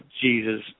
Jesus